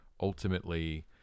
ultimately